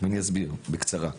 אני אסביר בקצרה,